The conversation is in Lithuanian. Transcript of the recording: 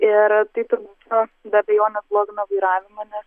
ir taip be abejonės blogina vairavimą nes